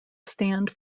stand